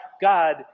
God